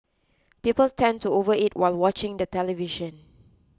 people tend to overeat while watching the television